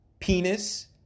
penis